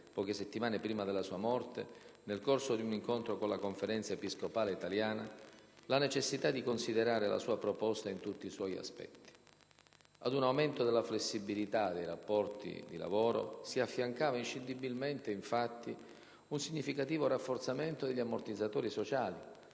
poche settimane prima della sua morte, nel corso di un incontro con la Conferenza episcopale italiana) la necessità di considerare la sua proposta in tutti i suoi aspetti. Ad un aumento della flessibilità dei rapporti di lavoro si affiancava inscindibilmente, infatti, un significativo rafforzamento degli ammortizzatori sociali,